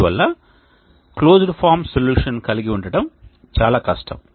అందువల్ల closed form solution కలిగి ఉండటం చాలా కష్టం